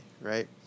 right